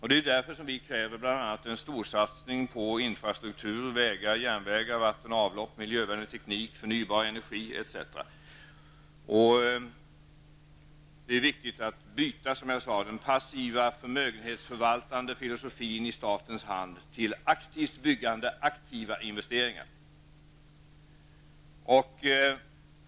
Det är ju därför som vi kräver bl.a. en storsatsning på infrastrukturen -- vägar, järnvägar, vatten och avlopp, miljövänlig teknik, förnybar energi etc. Det är, som sagt, viktigt att den passiva förmögenhetsförvaltande filosofin så att säga i statens hand ersätts med ett aktivt byggande och med aktiva investeringar.